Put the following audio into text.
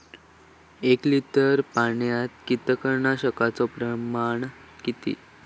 एक लिटर पाणयात कीटकनाशकाचो प्रमाण किती?